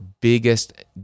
biggest